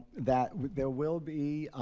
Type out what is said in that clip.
that there will be,